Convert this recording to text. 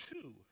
Two